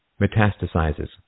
metastasizes